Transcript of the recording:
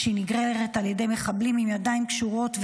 כשהיא נגררת על ידי מחבלים עם ידיים קשורות,